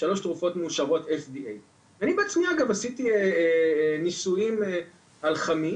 שלוש תרופות מאושרות FDA. אני בעצמי אגב עשיתי ניסויים על חמי